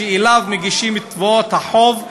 שאליו מגישים את תביעות החוב,